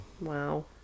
Wow